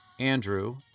Andrew